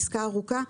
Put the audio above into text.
עסקה ארוכה,